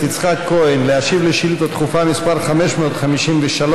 יצחק כהן להשיב לשאילתה דחופה מס' 553,